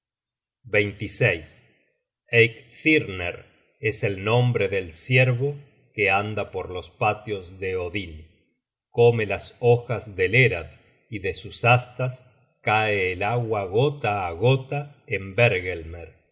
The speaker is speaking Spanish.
eikthirner es el nombre del ciervo que anda por los patios de odin come las hojas de lerad y de sus astas cae el agua gota á gota en